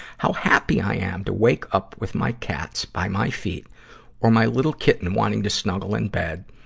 how happy i am to wake up with my cats by my feet or my little kitten wanting to snuggle in bed,